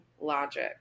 logic